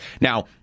Now